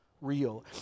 real